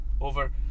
over